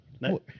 No